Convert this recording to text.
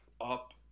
up